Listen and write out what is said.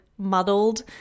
muddled